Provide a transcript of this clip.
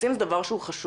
מיסים זה דבר חשוב.